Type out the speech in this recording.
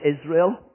Israel